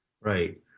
Right